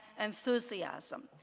enthusiasm